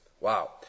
Wow